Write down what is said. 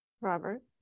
Robert